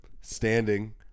standing